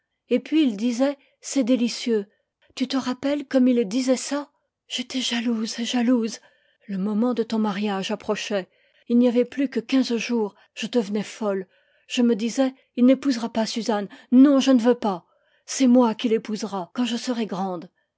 et puis il disait c'est délicieux tu te rappelles comme il disait ça j'étais jalouse jalouse le moment de ton mariage approchait il n'y avait plus que quinze jours je devenais folle je me disais il n'épousera pas suzanne non je ne veux pas c'est moi qu'il épousera quand je serai grande